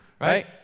right